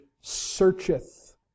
searcheth